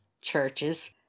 churches